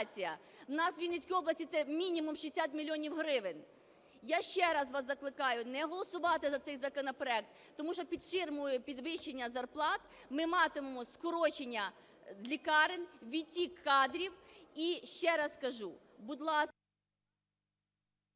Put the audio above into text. У нас в Вінницькій області це мінімум 60 мільйонів гривень. Я ще раз вас закликаю не голосувати за цей законопроект, тому що під ширмою підвищення зарплат ми матимемо скорочення лікарень, відтік кадрів. І ще раз кажу, будь ласка,…